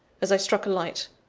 as i struck a light,